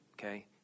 okay